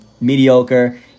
mediocre